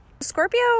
Scorpio